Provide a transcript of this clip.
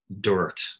dirt